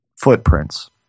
footprints